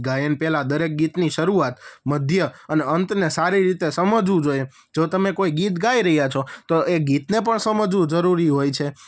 ગાયન પહેલાં દરેક ગીતની શરૂઆત મધ્ય અને અંતને સારી રીતે સમજવું જોઈએ જો તમે કોઈ ગીત ગાઈ રહ્યાં છો તો એ ગીતને પણ સમજવું જરૂરી હોય છે